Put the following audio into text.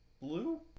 Blue